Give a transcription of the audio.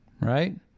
right